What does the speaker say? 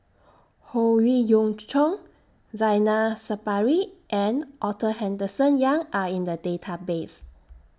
Howe Yoon Chong Zainal Sapari and Arthur Henderson Young Are in The Database